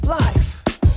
life